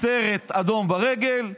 סרט אדום ברגל,